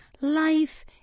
life